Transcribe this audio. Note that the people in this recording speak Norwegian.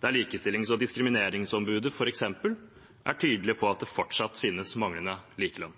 der Likestillings- og diskrimineringsombudet f.eks. er tydelig på at det fortsatt finnes manglende likelønn.